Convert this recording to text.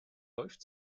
läuft